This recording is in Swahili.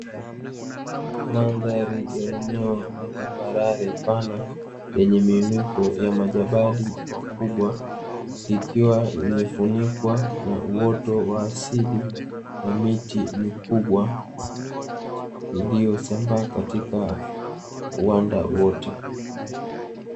Ardhi ya eneo la tambalale yenye majabali na miinuko mikubwa, ikiwa imefunikwa na uoto wa asili na miti mikubwa iliyosambaa katika uwanda wote.